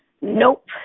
Nope